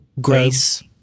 grace